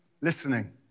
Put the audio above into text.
listening